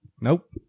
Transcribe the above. Nope